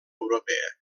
europea